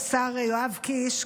השר יואב קיש,